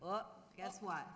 well guess what